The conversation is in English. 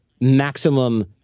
maximum